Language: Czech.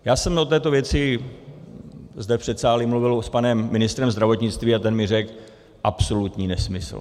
Já jsem o této věci zde v předsálí mluvil s panem ministrem zdravotnictví a ten mi řekl: Absolutní nesmysl.